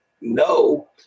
no